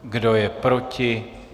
Kdo je proti?